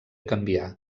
canviar